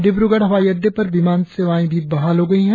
डिब्रगढ़ हवाई अड्डे पर विमान सेवाएं भी बहाल हो गई है